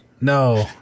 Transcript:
No